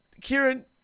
Kieran